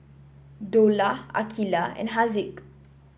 Dollah Aqilah and Haziq